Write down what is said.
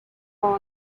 paul